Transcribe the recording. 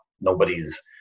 nobody's